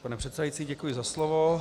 Pane předsedající, děkuji za slovo.